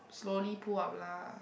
slowly pull up lah